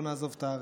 לא נעזוב את הארץ,